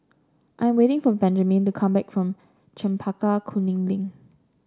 I'm waiting for Benjaman to come back from Chempaka Kuning Link